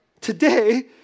today